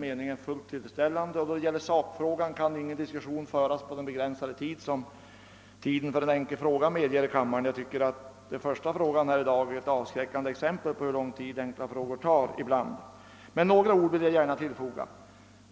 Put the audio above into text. Beträffande sakfrågan kan ingen diskussion föras under den begränsade tid som medges vid en enkel fråga i kammaren. Jag tycker att den första frågan på dagens föredragningslista var ett avskräckande exempel på hur lång tid enkla frågor ibland kan ta. Några ord vill jag dock tillfoga.